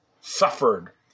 suffered